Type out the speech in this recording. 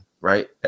right